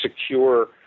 secure